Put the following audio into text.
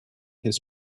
his